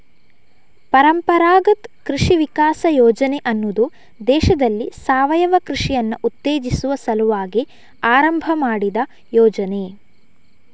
ಪರಂಪರಾಗತ್ ಕೃಷಿ ವಿಕಾಸ ಯೋಜನೆ ಅನ್ನುದು ದೇಶದಲ್ಲಿ ಸಾವಯವ ಕೃಷಿಯನ್ನ ಉತ್ತೇಜಿಸುವ ಸಲುವಾಗಿ ಆರಂಭ ಮಾಡಿದ ಯೋಜನೆ